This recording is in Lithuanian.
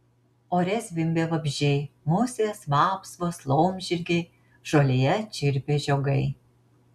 ore zvimbė vabzdžiai musės vapsvos laumžirgiai žolėje čirpė žiogai